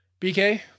BK